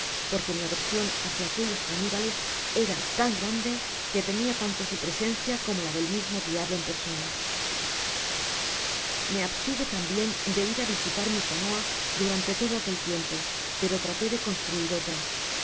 porque mi aversion hácia aquellos canibales era tan grande que temia tanto su presencia como la del mismo diablo en persona me abstuve tambien de ir á visitar mi canoa durante todo aquel tiempo pero traté de construir otra